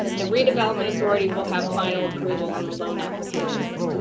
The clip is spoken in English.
the redevelopment authority will have final approval on the loan applications.